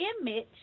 Image